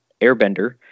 Airbender